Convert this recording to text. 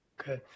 Okay